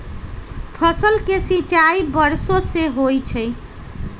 फसल के सिंचाई वर्षो से होई छई